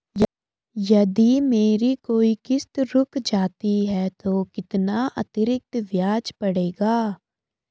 यदि मेरी कोई किश्त रुक जाती है तो कितना अतरिक्त ब्याज पड़ेगा?